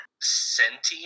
sentient